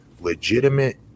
legitimate